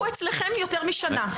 הוא אצלכם יותר משנה.